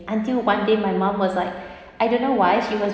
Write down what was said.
until one day my mum was like I don't know why she was